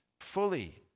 fully